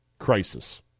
crisis